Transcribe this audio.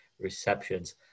receptions